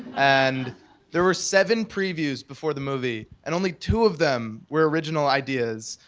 and there were seven previews before the movie, and only two of them were original ideas.